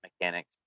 mechanics